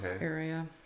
area